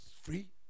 free